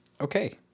okay